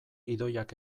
idoiak